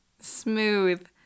Smooth